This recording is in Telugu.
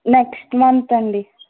నెక్స్ట్ మంత్ అండి